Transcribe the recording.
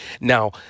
Now